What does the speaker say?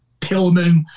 Pillman